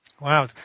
Wow